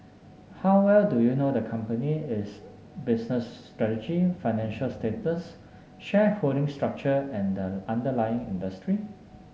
how well do you know the company its business strategy financial status shareholding structure and the underlying industry